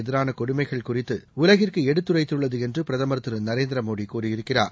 எதிரான கொடுமைகள் குறித்து உலகிற்கு எடுத்துரைத்துள்ளது என்று பிரதமர் திரு நரேந்திர மோடி கூறியிருக்கிறார்